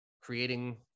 creating